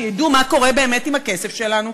שידעו מה קורה באמת עם הכסף שלנו,